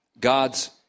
God's